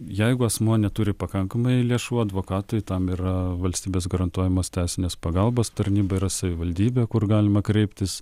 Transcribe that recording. jeigu asmuo neturi pakankamai lėšų advokatui tam yra valstybės garantuojamos teisinės pagalbos tarnyba yra savivaldybė kur galima kreiptis